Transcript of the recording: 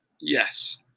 Yes